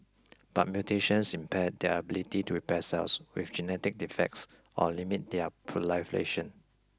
but mutations impair their ability to repair cells with genetic defects or limit their proliferation